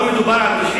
פה מדובר על 90,